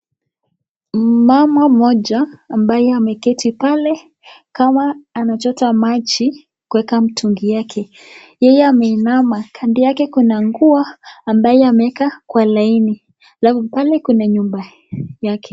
Mama mmoja ambaye ameketi pale kama anachota maji kuweka mtungi yake. Yeye ameinama. Kambi yake kuna nguo ambaye ameweka kwa laini. Alafu pale kuna nyumba yake.